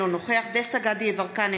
אינו נוכח דסטה גבי יברקן,